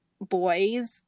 boys